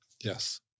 Yes